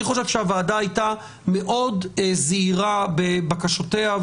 אני חושב שהוועדה הייתה מאוד זהירה בבקשותיה,